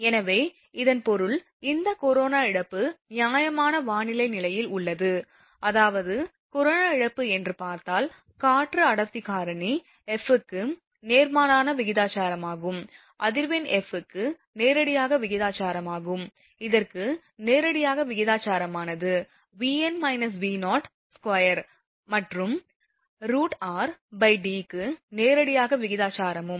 எனவே இதன் பொருள் இந்த கொரோனா இழப்பு நியாயமான வானிலை நிலையில் உள்ளது அதாவது கொரோனா இழப்பு என்று பார்த்தால் காற்று அடர்த்தி காரணி f க்கு நேர்மாறான விகிதாசாரமாகும் அதிர்வெண் f க்கு நேரடியாக விகிதாசாரமாகும் இதற்கு நேரடியாக விகிதாசாரமானது 2 மற்றும் √rd க்கு நேரடியாக விகிதாசாரமும்